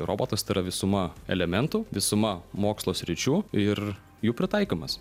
robotas tai yra visuma elementų visuma mokslo sričių ir jų pritaikymas